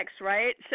right